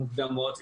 המוקדמות,